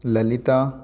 Lalita